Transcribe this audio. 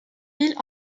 ville